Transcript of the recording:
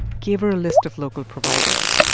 gave her a list of local providers.